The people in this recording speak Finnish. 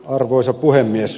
arvoisa puhemies